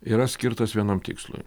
yra skirtas vienam tikslui